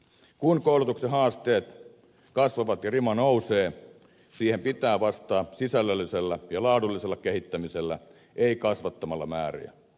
kun koulutuksen haasteet kasvavat ja rima nousee siihen pitää vastata sisällöllisellä ja laadullisella kehittämisellä ei kasvattamalla määriä